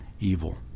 evil